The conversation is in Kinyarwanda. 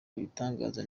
ibitangaza